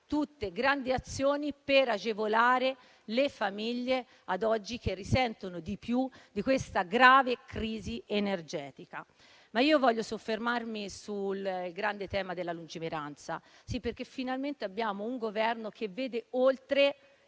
tutte grandi azioni per agevolare le famiglie che oggi risentono di più di questa grave crisi energetica. Voglio però soffermarmi sul grande tema della lungimiranza, perché finalmente abbiamo un Governo che vede oltre